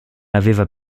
aveva